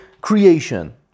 creation